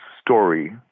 story